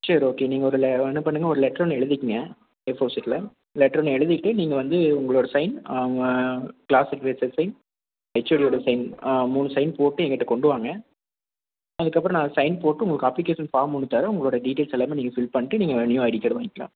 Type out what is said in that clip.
சரி ஓகே நீங்கள் ஒரு லே என்ன பண்ணுங்க ஒரு லெட்ரு ஒன்று எழுதிக்கோங்க ஏ ஃபோர் ஷீட்டில் லெட்ரு ஒன்று எழுதுகிட்டு நீங்கள் வந்து உங்களோடய சைன் உங்கள் க்ளாஸ் அட்வைச்சர் சைன் ஹெச்ஓடியோடய சைன் மூணு சைன் போட்டு என்கிட்ட கொண்டு வாங்க அதுக்கப்புறோம் நான் சைன் போட்டு உங்களுக்கு அப்ளிகேஷன் ஃபார்ம் ஒன்று தரேன் உங்களோடய டீட்டெயில்ஸ் எல்லாமே நீங்கள் ஃபில் பண்ணிட்டு நீங்கள் நியூ ஐடி கார்டு வாங்க்கிலாம்